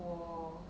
我